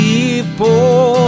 People